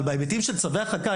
אבל בהיבטים של צווי הרחקה,